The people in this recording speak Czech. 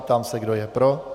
Ptám se, kdo je pro.